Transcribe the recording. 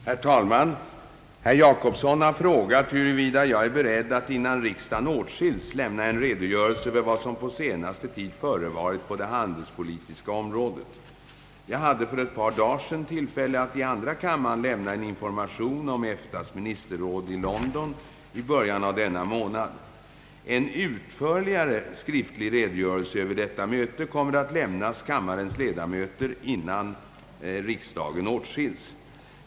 Herr talman! Herr Gösta Jacobsson har frågat huruvida jag är beredd att innan riksdagen åtskils lämna en redogörelse för vad som på senaste tid förevarit på det handelspolitiska området. Jag hade för ett par dagar sedan tillfälle att i andra kammaren lämna en information om EFTA:s ministerrådsmöte i London i början av denna månad. En utförligare skriftlig redogörelse över detta möte kommer att lämnas kammarens ledamöter innan riksdagen åtskils.